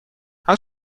how